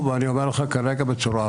וזאת אני אמרתי כבר לפני 10 שנים.